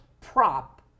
prop